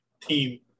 Team